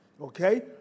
okay